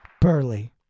Burley